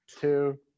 two